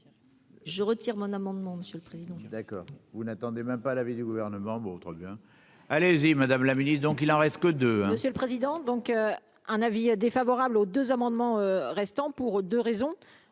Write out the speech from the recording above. Je retire mon amendement, monsieur le président. Vous n'attendait même pas l'avis du gouvernement, votre bien, allez-y, Madame la Ministre, donc il en reste que deux. Monsieur le président, donc un avis défavorable aux deux amendements restant pour 2 raisons,